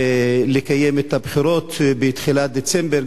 לקיים את הבחירות בתחילת דצמבר.